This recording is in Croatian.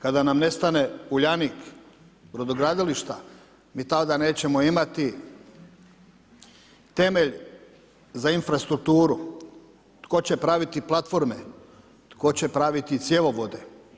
Kada nam nestane Uljanik, brodogradilišta, mi tada nećemo imati temelj za infrastrukturu, tko će praviti platforme, tko će praviti cjevovode?